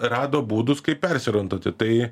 rado būdus kaip persiorientuoti tai